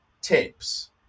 tips